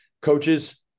coaches